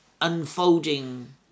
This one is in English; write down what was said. unfolding